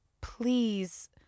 please